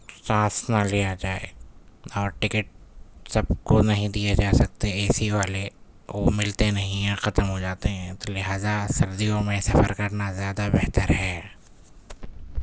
سانس نہ لیا جائے اور ٹکٹ سب کو نہیں دیے جا سکتے اے سی والے کو ملتے نہیں ہیں ختم ہو جاتے ہیں تو لہٰذا سردیوں میں سفر کرنا زیادہ بہتر ہے